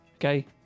Okay